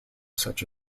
such